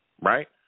right